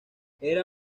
era